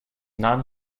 non